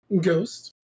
ghost